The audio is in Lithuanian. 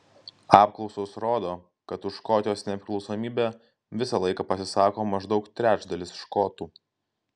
apklausos rodo kad už škotijos nepriklausomybę visą laiką pasisako maždaug trečdalis škotų